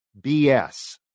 BS